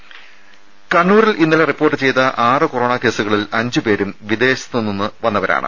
ദേദ കണ്ണൂരിൽ ഇന്നലെ റിപ്പോർട്ട് ചെയ്ത ആറ് കൊറോണ കേസുകളിൽ അഞ്ചുപേരും വിദേശത്തു നിന്ന് വന്നവരാണ്